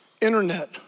internet